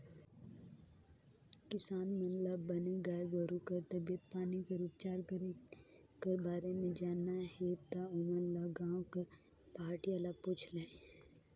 किसान मन ल बने गाय गोरु कर तबीयत पानी कर उपचार करे कर बारे म जानना हे ता ओमन ह गांव कर पहाटिया ल पूछ लय